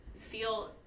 feel